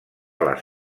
les